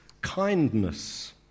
kindness